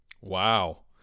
Wow